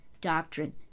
doctrine